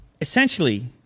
essentially